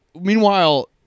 Meanwhile